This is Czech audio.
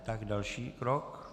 Tak další krok.